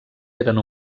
eren